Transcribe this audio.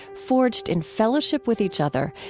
forged in fellowship with each other,